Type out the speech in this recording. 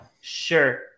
Sure